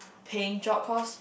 paying job cause